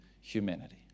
humanity